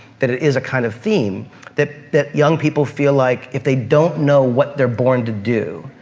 that it is a kind of theme that that young people feel like if they don't know what they're born to do,